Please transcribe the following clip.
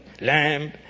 lamb